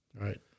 Right